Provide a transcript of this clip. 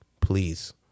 please